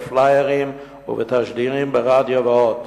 בפליירים ובתשדירים ברדיו ועוד.